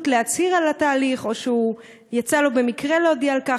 להצהיר על התהליך או שיצא לו במקרה להודיע על כך,